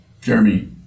Jeremy